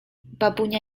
babunia